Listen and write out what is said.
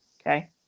okay